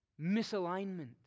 misalignment